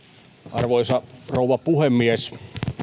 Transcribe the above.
arvoisa rouva puhemies